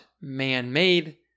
man-made